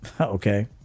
Okay